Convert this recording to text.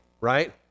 Right